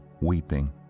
weeping